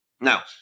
Now